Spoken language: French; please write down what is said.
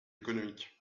économique